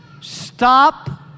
Stop